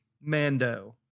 Mando